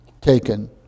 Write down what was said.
taken